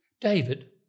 David